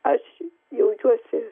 aš jaučiuosi